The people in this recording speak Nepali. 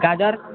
गाजर